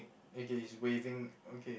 okay he's waving okay